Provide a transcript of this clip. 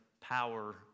power